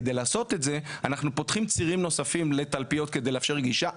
כדי לעשות את זה אנחנו פותחים צירים נוספים לתלפיות כדי לאפשר גישה.